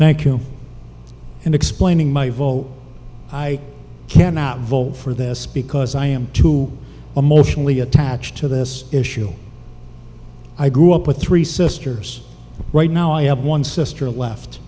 thank you and explaining my vote i cannot vote for this because i am too emotionally attached to this issue i grew up with three sisters right now i have one sister left